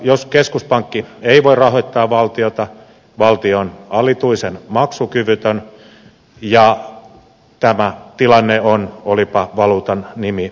jos keskuspankki ei voi rahoittaa valtiota valtio on alituisen maksukyvytön ja tämä tilanne on olipa valuutan nimi mikä hyvänsä